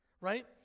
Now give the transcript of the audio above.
right